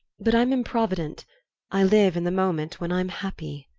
but i'm improvident i live in the moment when i'm happy.